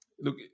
Look